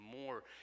more